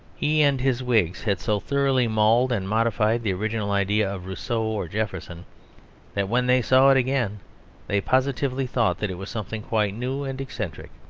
he and his whigs had so thoroughly mauled and modified the original idea of rousseau or jefferson that when they saw it again they positively thought that it was something quite new and eccentric.